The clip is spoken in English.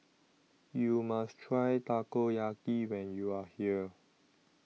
YOU must Try Takoyaki when YOU Are here